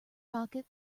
pocket